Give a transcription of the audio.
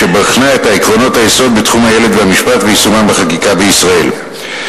שבחנה את עקרונות היסוד בתחום הילד והמשפט ויישומם בחקיקה בישראל.